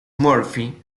murphy